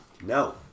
No